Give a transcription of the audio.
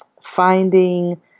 finding